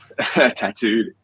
tattooed